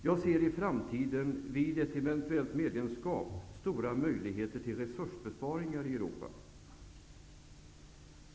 Jag ser i framtiden, vid ett medlemskap, stora möjligheter till resursbesparingar i Europa.